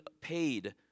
paid